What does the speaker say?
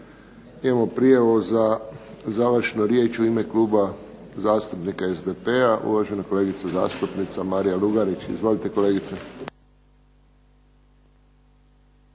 Imamo prijavu za završnu riječ u ime Kluba zastupnika SDP-a, uvažena kolegica zastupnica Marija Lugarić. Izvolite kolegice.